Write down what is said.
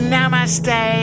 Namaste